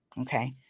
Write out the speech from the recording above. okay